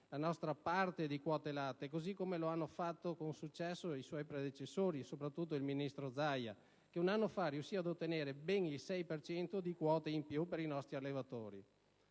la nostra parte di quote latte, così come hanno fatto con successo i suoi predecessori, soprattutto il ministro Zaia, che un anno fa riuscì ad ottenere ben il 6 per cento di quote in più per i nostri allevatori.